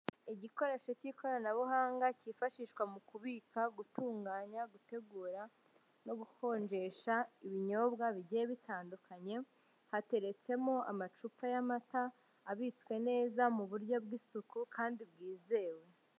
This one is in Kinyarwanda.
Igikoresho cy'ikoranabuhanga cyifashishwa mu kubika, gutunganya, gutegura no gukonjesha ibinyobwa bigiye bitandukanye, hateretsemo amacupa y'amata abitswe neza mu buryo bw'isuku kandi bwizewe.